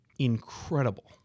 incredible